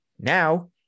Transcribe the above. Now